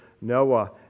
Noah